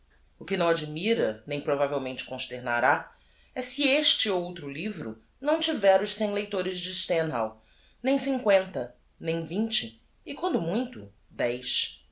o que não admira nem provavelmente consternará é se este outro livro não tiver os cem leitores de stendhal nem cincoenta nem vinte e quando muito dez